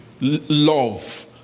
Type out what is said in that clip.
love